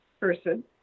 person